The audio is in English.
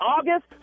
August